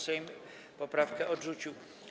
Sejm poprawkę odrzucił.